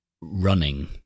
running